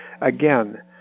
again